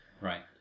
Right